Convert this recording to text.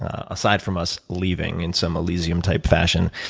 ah aside from us leaving in some elysium type fashion,